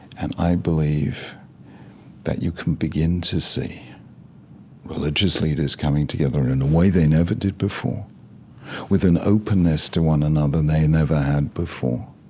and i believe that you can begin to see religious leaders coming together in a way they never did before with an openness to one another they never had before,